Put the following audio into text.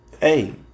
hey